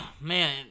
Man